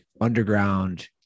underground